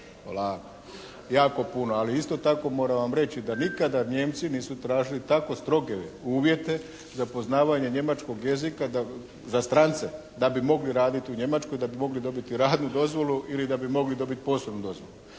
jako puno. Ali isto tako moram vam reći da nikada Nijemci nisu tražili tako stroge uvjete za poznavanje njemačkog jezika za strance da bi mogli raditi u Njemačkoj, da bi mogli dobiti radnu dozvolu ili da bi mogli dobiti poslovnu dozvolu.